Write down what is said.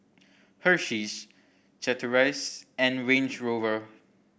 Hersheys Chateraise and Range Rover